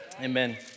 Amen